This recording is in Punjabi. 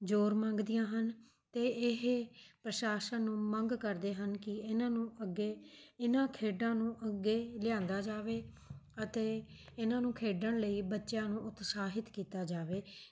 ਜ਼ੋਰ ਮੰਗਦੀਆਂ ਹਨ ਅਤੇ ਇਹ ਪ੍ਰਸ਼ਾਸਨ ਨੂੰ ਮੰਗ ਕਰਦੇ ਹਨ ਕਿ ਇਹਨਾਂ ਨੂੰ ਅੱਗੇ ਇਹਨਾਂ ਖੇਡਾਂ ਨੂੰ ਅੱਗੇ ਲਿਆਂਦਾ ਜਾਵੇ ਅਤੇ ਇਹਨਾਂ ਨੂੰ ਖੇਡਣ ਲਈ ਬੱਚਿਆਂ ਨੂੰ ਉਤਸ਼ਾਹਿਤ ਕੀਤਾ ਜਾਵੇ